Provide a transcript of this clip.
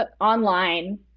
online